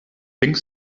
think